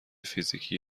فیزیکی